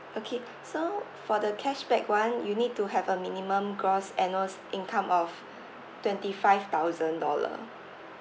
okay so for the cashback one you need to have a minimum gross annual income of twenty five thousand dollar